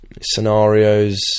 scenarios